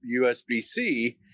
USBC